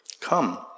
Come